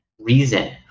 reason